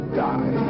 die